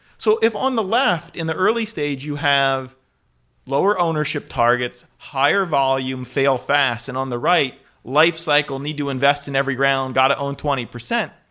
so if on the left in the early stage you have lower ownership targets, higher volume fail fast, and on the right lifecycle, need to invest in every ground, got to own twenty percent.